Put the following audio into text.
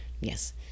yes